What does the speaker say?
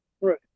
right